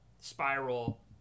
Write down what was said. spiral